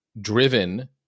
driven